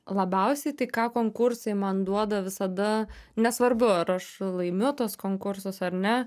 labiausiai tai ką konkursai man duoda visada nesvarbu ar aš laimiu tuos konkursus ar ne